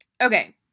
Okay